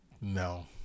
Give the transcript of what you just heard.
no